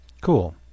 Cool